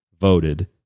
voted